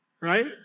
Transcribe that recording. Right